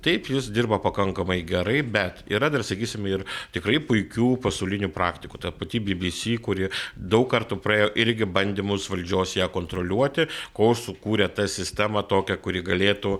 taip jis dirba pakankamai gerai bet yra dar sakysim ir tikrai puikių pasaulinių praktikų ta pati bbc kuri daug kartų praėjo irgi bandymus valdžios ją kontroliuoti kol sukūrė tą sistemą tokią kuri galėtų